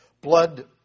blood